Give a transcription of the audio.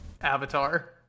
avatar